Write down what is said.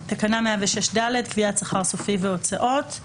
תקנה 106ד, קביעת שכר סופי והוצאות.